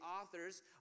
authors